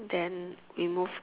then we move